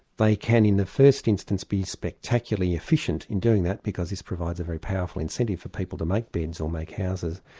they can in the first instance be spectacularly efficient in doing that because this provides a very powerful incentive for people to make beds or make houses,